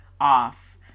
off